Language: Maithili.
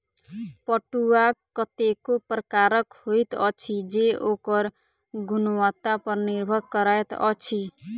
पटुआ कतेको प्रकारक होइत अछि जे ओकर गुणवत्ता पर निर्भर करैत अछि